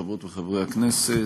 חברות וחברי הכנסת,